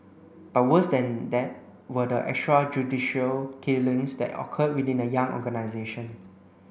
but worse than that were the extrajudicial killings that occurred within the young organisation